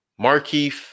Markeith